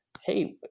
Hey